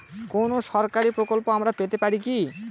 কোন সরকারি প্রকল্প আমরা পেতে পারি কি?